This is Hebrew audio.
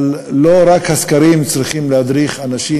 אבל לא רק הסקרים צריכים להדריך אנשים,